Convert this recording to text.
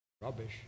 Rubbish